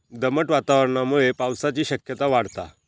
दमट वातावरणामुळे पावसाची शक्यता वाढता